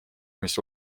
mis